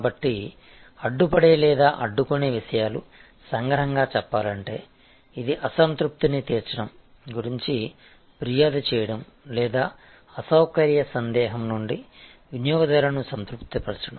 కాబట్టి అడ్డుపడే లేదా అడ్డుకునే విషయాలు సంగ్రహంగా చెప్పాలంటే ఇది అసంతృప్తిని తీర్చడం గురించి ఫిర్యాదు చేయడం లేదా అసౌకర్య సందేహం నుండి వినియోగదారును సంతృప్తిపరడం